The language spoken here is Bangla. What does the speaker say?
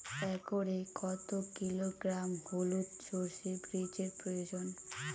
একরে কত কিলোগ্রাম হলুদ সরষে বীজের প্রয়োজন?